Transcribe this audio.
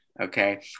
Okay